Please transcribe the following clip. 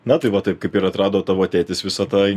na tai va taip kaip ir atrado tavo tėtis visą tą